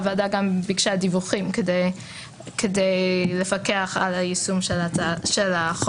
הוועדה גם בקשה דיווחים כדי לפקח על היישום של החוק.